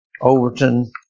Overton